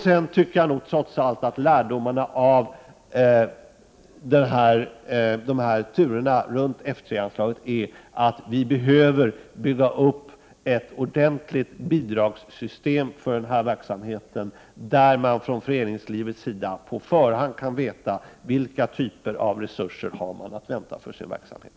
Sedan tycker jag, trots allt, att lärdomarna av turerna runt anslaget F 3 är att vi behöver bygga upp ett ordentligt bidragssystem för information, studier och forskning om fredsoch nedrustningssträvanden, så att föreningslivet på förhand kan veta vilka typer av resurser det kan vänta sig för sin verksamhet.